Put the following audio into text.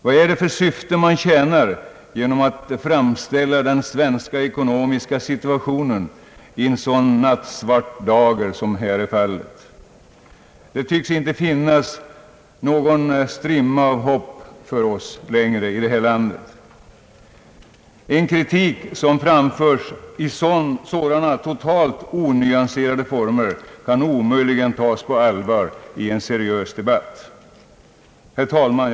Vad är det för syfte man tjänar genom att framställa den svenska ekonomiska situationen i en sådan nattsvart dager som här är fallet? Det tycks inte finnas någon strimma av hopp för oss längre i det här landet. En kritik som framförs i sådana totalt onyanserade former kan omöjligen tas på allvar i en seriös debatt. Herr talman!